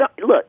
look